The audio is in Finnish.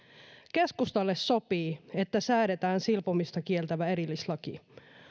keskustalle sopii että säädetään silpomisen kieltävä erillislaki